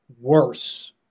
worse